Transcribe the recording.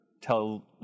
tell